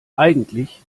eigentlich